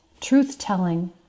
Truth-telling